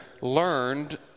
learned